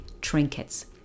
trinkets